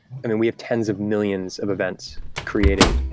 and then we have tens of millions of events created.